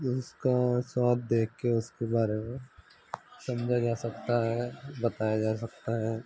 उसका स्वाद देखकर उसके बारे में समझा जा सकता है बताया जा सकता है